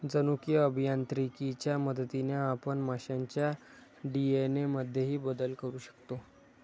जनुकीय अभियांत्रिकीच्या मदतीने आपण माशांच्या डी.एन.ए मध्येही बदल करू शकतो